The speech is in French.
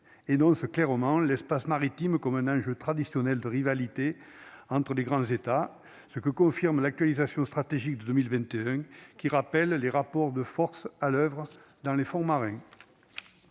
non, c'est clairement l'espace maritime comme un enjeu traditionnel de rivalités entre les grands États, ce que confirme l'actualisation stratégique 2021 qui rappelle les rapports de forces à l'oeuvre dans les fonds marins